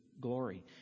glory